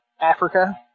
Africa